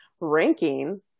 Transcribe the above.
ranking